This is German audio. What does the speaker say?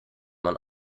man